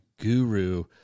guru